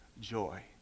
joy